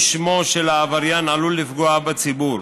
שמו של העבריין עלול לפגוע בציבור.